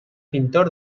pintor